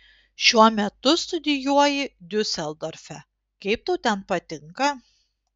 šiuo metu studijuoji diuseldorfe kaip tau ten patinka